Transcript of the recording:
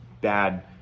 bad